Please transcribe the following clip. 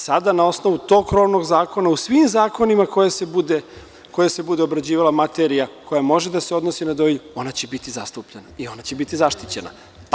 Sada na osnovu tog krovnog zakona, u svim zakonima u kojima se bude obrađivala materija koja može da se odnosi na dojilje, ona će biti zastupljena i ona će biti zaštićena.